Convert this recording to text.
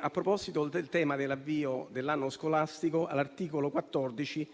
A proposito dell'avvio dell'anno scolastico, all'articolo 14